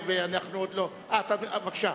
בבקשה,